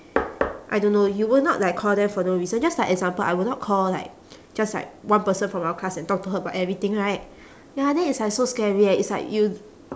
I don't know you will not like call them for no reason just like example I will not call like just like one person from our class and talk to her about everything right ya then it's like so scary eh it's like you